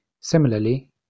Similarly